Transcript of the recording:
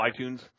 iTunes